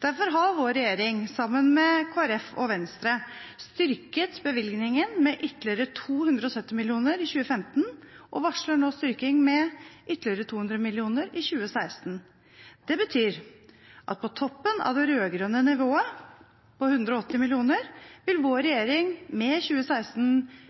Derfor har vår regjering, sammen med Kristelig Folkeparti og Venstre, styrket bevilgningen med 270 mill. kr i 2015 og varsler nå en ytterligere styrking med 200 mill. kr i 2016. Det betyr at på toppen av det rød-grønne nivået på 180 mill. kr vil vår regjering med